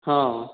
ହଁ